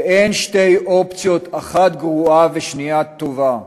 ואין שתי אופציות, אחת גרועה ושנייה טובה.